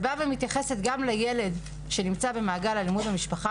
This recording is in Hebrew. ובאה ומתייחסת גם לילד שנמצא במעגל אלימות במשפחה